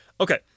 Okay